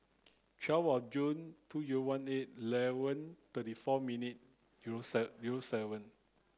twelve of June two zero one eight eleven thirty four minutes zero zero seven